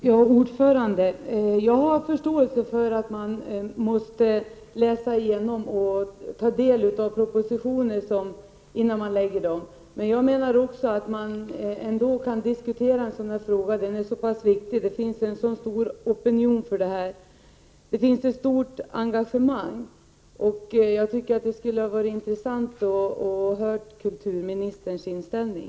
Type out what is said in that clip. Herr talman! Jag har förståelse för att man måste läsa igenom och ta del av remissyttranden innan man lägger fram förslag. Men jag menar att man ändå kan diskutera en fråga av detta slag. Den är så pass viktig, och det finns en stor opinion och ett stort engagemang för den. Det skulle ha varit intressant att höra kulturministerns inställning.